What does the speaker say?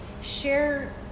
Share